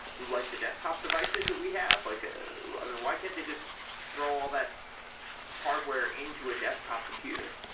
like the desktop devices that we have? like ah i mean, why can't they just throw all that hardware into a desktop computer?